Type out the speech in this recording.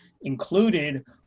included